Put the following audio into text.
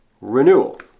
renewal